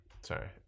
sorry